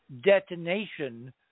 detonation